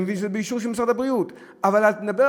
ואני מבין שזה באישור של משרד הבריאות.